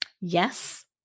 Yes